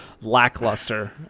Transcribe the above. lackluster